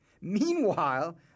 Meanwhile